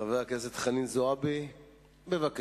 חברת הכנסת חנין זועבי, בבקשה.